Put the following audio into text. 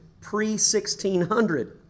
pre-1600